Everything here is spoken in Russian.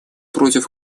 против